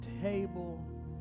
table